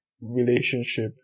relationship